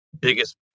biggest